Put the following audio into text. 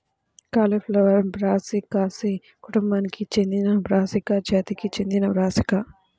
cauliflower బ్రాసికాసి కుటుంబానికి చెందినబ్రాసికా జాతికి చెందినబ్రాసికా